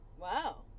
Wow